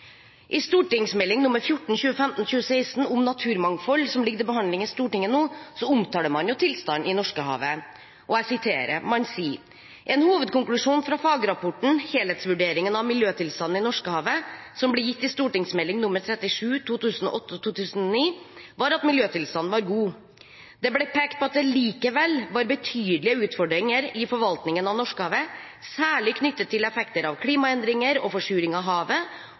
I Meld. St. 14 for 2015–2016 om naturmangfold, som ligger til behandling i Stortinget nå, omtaler man tilstanden i Norskehavet. Man sier: «En hovedkonklusjon fra fagrapporten er at «Helhetsvurderingen av miljøtilstanden i Norskehavet som ble gitt i St.meld. nr. 37 var at miljøtilstanden var god. Det ble pekt på at det likevel var betydelige utfordringer i forvaltningen av Norskehavet, særlig knyttet til effekter av klimaendringer og forsuring av havet,